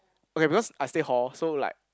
okay because I stay hall so like